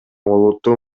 олуттуу